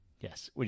Yes